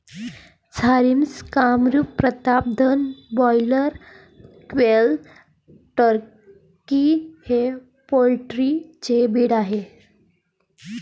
Jharsim, Kamrup, Pratapdhan, broiler, quail, turkey हे poultry चे breed आहेत